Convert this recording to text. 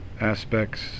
aspects